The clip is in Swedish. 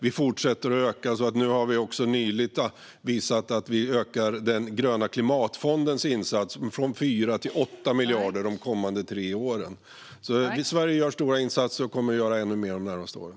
Vi fortsätter att öka, och vi har också nyligen visat att vi har ökat den gröna klimatfondens insats från 4 till 8 miljarder de kommande tre åren. Sverige gör stora insatser och kommer att göra ännu mer under de närmaste åren.